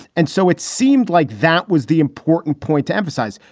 and so it seemed like that was the important point to emphasize.